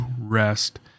rest